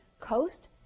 coast